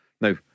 Now